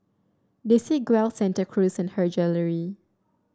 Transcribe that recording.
Desigual Santa Cruz and Her Jewellery